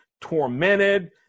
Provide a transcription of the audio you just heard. tormented